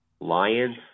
Lions